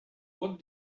what